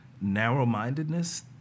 narrow-mindedness